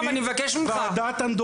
אני מבקש ממך.